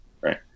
right